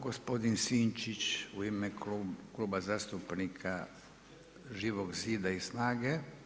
Gospodin Sinčić u ime Kluba zastupnika Živog zida i SNAGA-e.